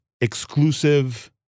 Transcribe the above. exclusive